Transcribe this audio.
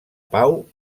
pau